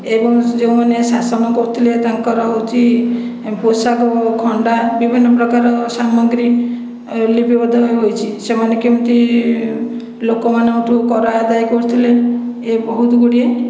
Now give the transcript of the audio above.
ଏବଂ ଯେଉଁମାନେ ଶାସନ କରୁଥିଲେ ତାଙ୍କର ହେଉଛି ପୋଷାକ ଖଣ୍ଡା ବିଭିନ୍ନ ପ୍ରକାର ସାମଗ୍ରୀ ଲିପିବଦ୍ଧ ହୋଇଛି ସେମାନେ କେମିତି ଲୋକମାନଙ୍କଠୁ କର ଆଦାୟ କରୁଥିଲେ ଏ ବହୁତ ଗୁଡ଼ିଏ